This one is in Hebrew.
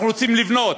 אנחנו רוצים לבנות.